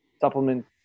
supplement